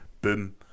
boom